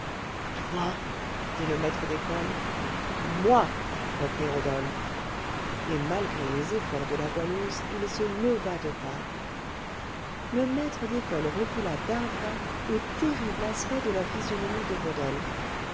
toi dit le maître d'école moi reprit rodolphe et malgré les efforts de la goualeuse il se leva de table le maître d'école recula d'un pas au terrible aspect de la physionomie de rodolphe